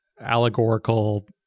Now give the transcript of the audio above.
allegorical